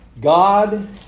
God